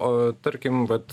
o tarkim vat